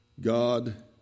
God